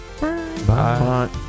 Bye